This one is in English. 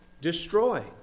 destroy